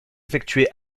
effectué